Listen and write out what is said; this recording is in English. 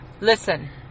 Listen